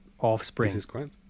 Offspring